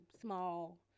small